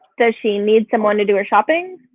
does she need someone to do her shopping?